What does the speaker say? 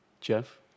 Jeff